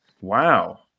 wow